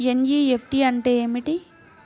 NEFT అంటే ఏమిటీ?